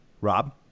Rob